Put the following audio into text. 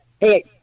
Hey